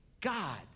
God